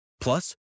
plus